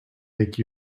make